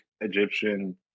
egyptian